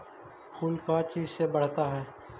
फूल का चीज से बढ़ता है?